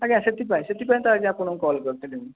ଆଜ୍ଞା ସେଥିପାଇଁ ସେଥିପାଇଁ ତ ଆଜ୍ଞା ଆପଣଙ୍କୁ କଲ୍ କରିଥିଲି ମୁଁ